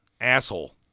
Asshole